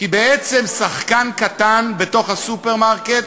כי בעצם שחקן קטן, בתוך הסופרמרקט,